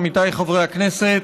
עמיתיי חברי הכנסת,